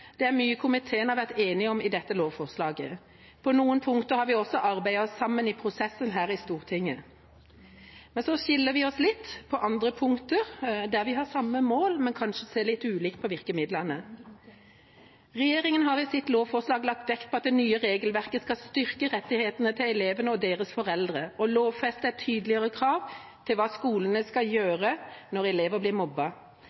Det er mye komiteen har vært enig om i dette lovforslaget. På noen punkter har vi også arbeidet oss sammen i prosessen her i Stortinget. Men vi skiller oss litt på andre punkter, der vi har samme mål, men kanskje ser litt ulikt på virkemidlene. Regjeringa har i sitt lovforslag lagt vekt på at det nye regelverket skal styrke elevenes og foreldrenes rettigheter og lovfeste et tydeligere krav til hva skolene skal